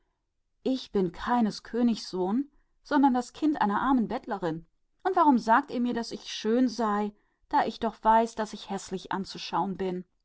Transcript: ich bin keines königs sohn sondern das kind eines armen bettelweibes und warum sagt ihr ich sei schön da ich doch weiß daß ich übel anzuschauen bin